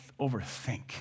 overthink